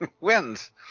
wins